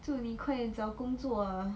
祝你快点找工作